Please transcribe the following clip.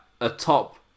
atop